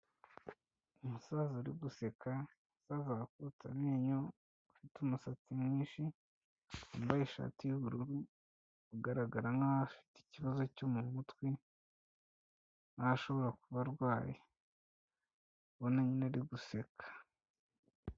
Umusaza uri guseka, umusaza wakutse amenyo, ufite umusatsi mwinshi, wambaye ishati y'ubururu, ugaragara nkaho afite ikibazo cyo mu mutwe, aho ashobora kuba arwaye, ubona nyine ari guseka.